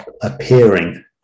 appearing